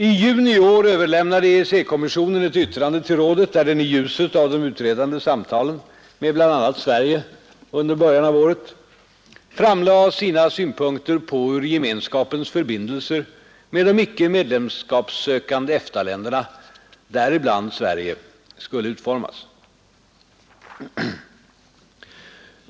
I juni i år överlämnade EEC-kommissionen ett yttrande till rådet där den, i ljuset av de utredande samtalen med bl.a. Sverige under början av året, framlade sina synpunkter på hur Gemenskapens förbindelser med de icke-medlemskapssökande EFTA-länderna, däribland Sverige, skulle utformas.